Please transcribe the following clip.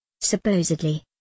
Supposedly